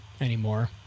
anymore